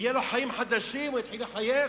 יהיו לו חיים חדשים, הוא יתחיל לחייך,